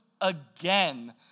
again